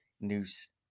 news